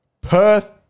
Perth